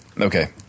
Okay